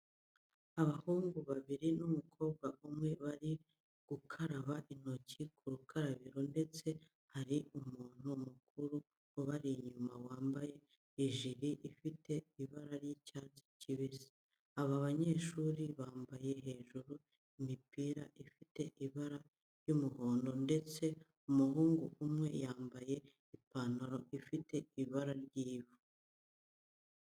Abahungu babiri n'umukobwa umwe bari gukaraba intoki ku rukarabiro ndetse hari umuntu mukuru ubari inyuma wambaje ijiri ifite ibara ry'icyatsi kibisi. Aba banyeshuri bambaye hejuru imipira ifite ibara ry'umuhondo ndetse umuhungu umwe yambaye ipantaro ifite ibara ry'ivu.